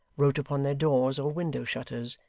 wrote upon their doors or window-shutters,